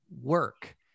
work